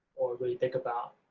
or really think about